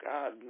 God